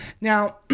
Now